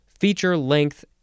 feature-length